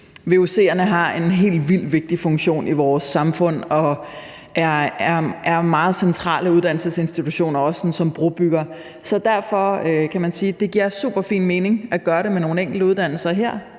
en helt vildt vigtig funktion i vores samfund og er meget centrale uddannelsesinstitutioner, også som brobyggere. Så derfor kan man sige, at det giver superfin mening at gøre det med nogle enkelte uddannelser her